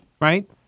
right